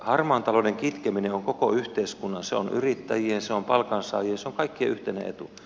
harmaan talouden kitkeminen on koko yhteiskunnan se on yrittäjien se on palkansaajien se on kaikkien yhteinen etu